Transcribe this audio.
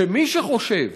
שמי שחושב